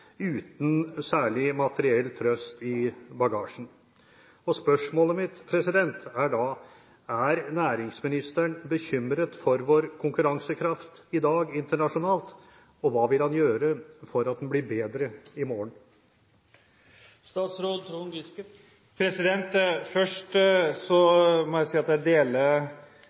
uten særlig materiell trøst i bagasjen. Spørsmålet mitt er da: Er næringsministeren bekymret for vår konkurransekraft i dag internasjonalt, og hva vil han gjøre for at den blir bedre i morgen? Først må jeg si at jeg deler